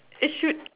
you should